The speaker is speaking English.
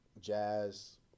jazz